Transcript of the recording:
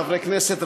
חברי כנסת,